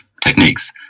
techniques